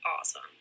awesome